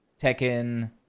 Tekken